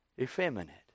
Effeminate